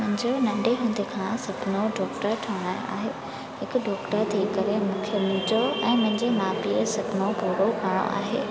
मुंहिंजे नंढे हूंदे खां सुपिनो डॉक्टर ठहणु आहे हिकु डॉक्टर थी करे मूंखे मुंहिंजो ऐं मुंहिंजे माउ पीउ जो सुपिनो पूरो करणु आहे